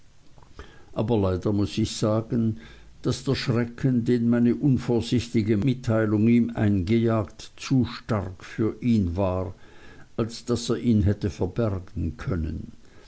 aber leider muß ich sagen daß der schrecken den meine unvorsichtige mitteilung ihm eingejagt zu stark für ihn war als daß er ihn hätte verbergen können